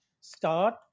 start